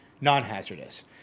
non-hazardous